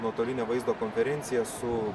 nuotolinę vaizdo konferenciją su